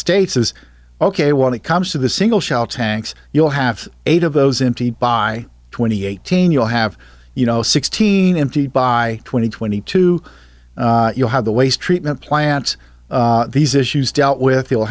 states is ok want it comes to the single shell tanks you'll have eight of those empty by twenty eighteen you'll have you know sixteen empty by twenty twenty two you have the waste treatment plants these issues dealt with y